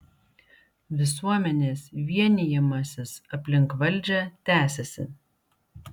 visuomenės vienijimasis aplink valdžią tęsiasi